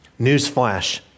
Newsflash